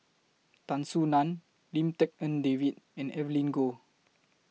Tan Soo NAN Lim Tik En David and Evelyn Goh